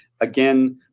again –